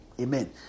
Amen